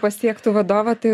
pasiektų vadovą tai